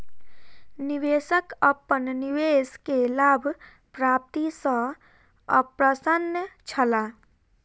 निवेशक अपन निवेश के लाभ प्राप्ति सॅ अप्रसन्न छला